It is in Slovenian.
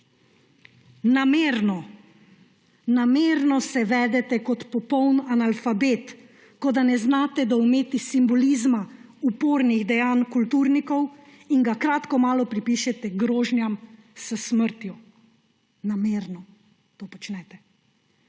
podpisati. Namerno se vedete kot popoln analfabet, kot da ne znate doumeti simbolizma upornih dejanj kulturnikov in ga kratko malo pripišete grožnjam s smrtjo. Namerno to počnete!